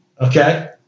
okay